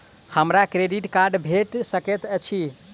हमरा credit card भेट सकैत अछि?